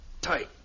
tight